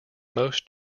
most